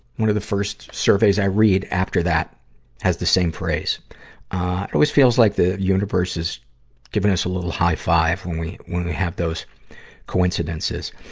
one of the first surveys i read after that has the same phrase. it always feels like the universe is giving us a little high-five when we, when we have those coincidences.